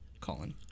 Colin